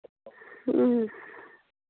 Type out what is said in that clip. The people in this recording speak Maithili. ह्म्म